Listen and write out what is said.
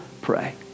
pray